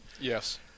yes